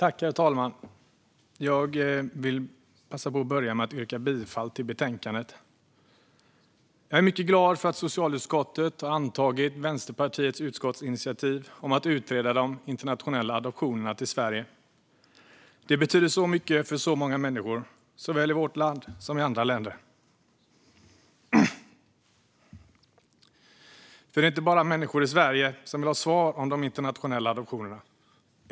Herr talman! Jag vill börja med att yrka bifall till utskottets förslag i betänkandet. Jag är mycket glad över att socialutskottet har antagit Vänsterpartiets utskottsinitiativ om att utreda de internationella adoptionerna till Sverige. Det betyder så mycket för så många människor, såväl i vårt land som i andra länder. För det är inte bara människor i Sverige som vill ha svar om de internationella adoptionerna.